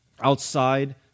outside